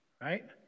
Right